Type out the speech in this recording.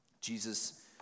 Jesus